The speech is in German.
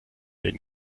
den